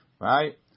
right